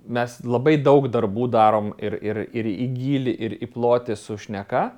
mes labai daug darbų darom ir ir ir į gylį ir į plotį su šneka